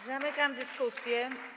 Zamykam dyskusję.